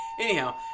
anyhow